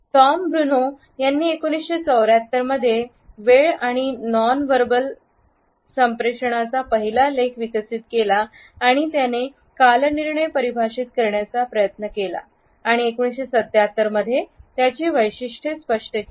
Tom Bruno यांनी 1974 मध्ये वेळ आणि नॉनव्हेर्बल संप्रेषणाचा पहिला लेख विकसित केला आणि त्याने कालनिर्णय परिभाषित करण्याचा प्रयत्न केला आणि 1977 मध्ये त्याची वैशिष्ट्ये स्पष्ट केली